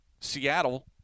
Seattle